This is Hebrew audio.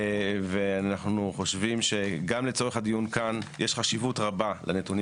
ואנחנו חושבים שגם לצורך הדיון כאן יש חשיבות רבה לנתונים